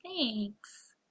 Thanks